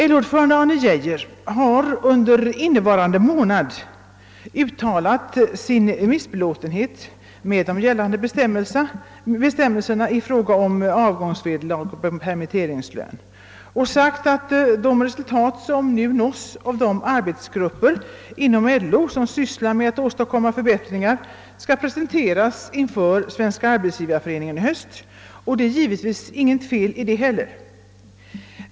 LO-ordföranden Arne Geijer har under innevarande månad uttalat sin missbelåtenhet med de gällande bestämmelserna i fråga om avgångsvederlag och permitteringslön och sagt, att de resultat som nu nås av de arbetsgrupper inom LO som sysslar med att åstadkomma förbättringar skall presenteras inför Svenska arbetsgivareföreningen i höst. Det är givetvis inget fel i det.